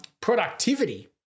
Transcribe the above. productivity